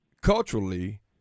culturally